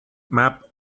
map